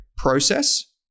process